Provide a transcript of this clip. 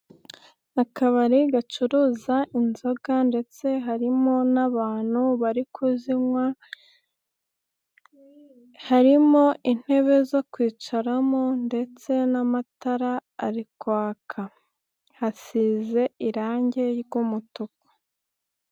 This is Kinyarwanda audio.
Akabari gacuruza inzoga ndetse harimo n'abantu bari kuzinywa, harimo intebe zo kwicaramo ndetse n'amatara ari kwaka. Hasize irange ry'umutuku.